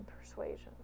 persuasion